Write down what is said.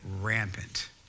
rampant